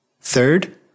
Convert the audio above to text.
Third